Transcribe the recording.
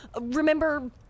Remember